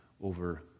over